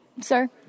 Sir